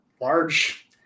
large